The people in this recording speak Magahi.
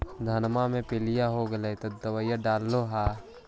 धनमा मे पीलिया हो गेल तो दबैया डालो हल?